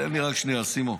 תן לי רק שנייה, סימון.